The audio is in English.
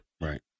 Right